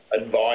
advice